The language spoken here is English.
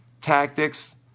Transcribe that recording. tactics